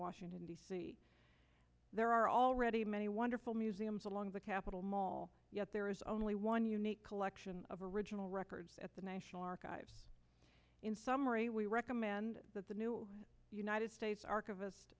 washington d c there are already many wonderful museums along the capitol mall yet there is only one unique collection of original records at the national archives in summary we recommend that the new united states ar